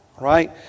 right